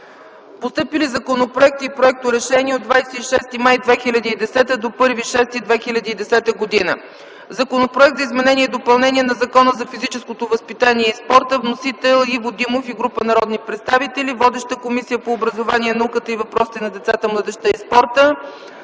Постъпили законопроекти и проекторешения от 26 май 2010 до 1 юни 2010 г.: Законопроект за изменение и допълнение на Закона за физическото възпитание и спорта. Вносители – Иво Димов и група народни представители. Водеща е Комисията по образованието, науката и въпросите на децата, младежта и спорта.